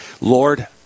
Lord